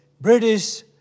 British